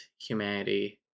humanity